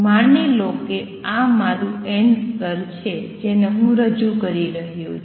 માની લો કે આ મારું n સ્તર છે જેનું હું રજૂ કરી રહ્યો છું